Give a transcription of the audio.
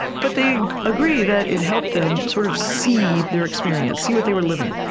but they agree that it helped them sort of see their experience, see what they were living.